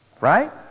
Right